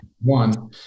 One